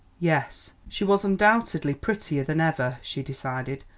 yes, she was undoubtedly prettier than ever, she decided,